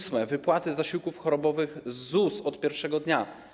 Ósme - wypłaty zasiłków chorobowych z ZUS od pierwszego dnia.